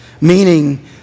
meaning